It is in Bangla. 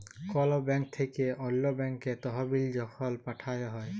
কল ব্যাংক থ্যাইকে অল্য ব্যাংকে তহবিল যখল পাঠাল হ্যয়